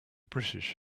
british